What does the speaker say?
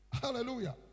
Hallelujah